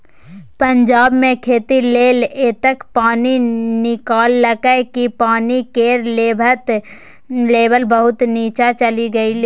पंजाब मे खेती लेल एतेक पानि निकाललकै कि पानि केर लेभल बहुत नीच्चाँ चलि गेलै